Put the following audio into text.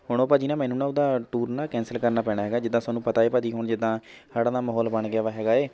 ਹੁਣ ਉਹ ਭਾਅ ਜੀ ਨਾ ਮੈਨੂੰ ਨਾ ਉਹਦਾ ਟੂਰ ਨਾ ਕੈਂਸਲ ਕਰਨਾ ਪੈਣਾ ਹੈਗਾ ਜਿੱਦਾਂ ਤੁਹਾਨੂੰ ਪਤਾ ਹੈ ਭਾਅ ਜੀ ਹੁਣ ਜਿੱਦਾਂ ਹੜ੍ਹਾਂ ਦਾ ਮਾਹੌਲ ਬਣ ਗਿਆ ਵਾ ਹੈਗਾ ਹੈ